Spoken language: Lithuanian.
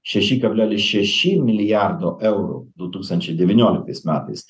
šeši kablelis šeši milijardo eurų du tūkstančiai devynioliktais metais